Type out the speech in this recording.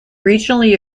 regionally